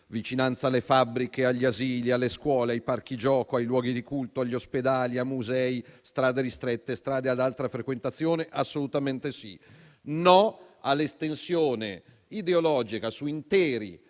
vicinanza alle fabbriche, agli asili, alle scuole, ai parchi gioco, ai luoghi di culto, agli ospedali, a musei, strade ristrette, strade ad alta frequentazione - no all'estensione ideologica su interi